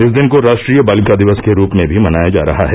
इस दिन को राष्ट्रीय बालिका दिवस के रूप में भी मनाया जा रहा है